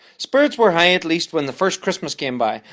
spirits were high at least when the first christmas came by.